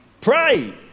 pray